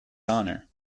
honour